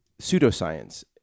pseudoscience